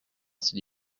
s’il